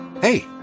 Hey